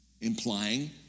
implying